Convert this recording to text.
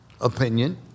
opinion